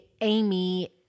Amy